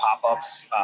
pop-ups